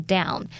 Down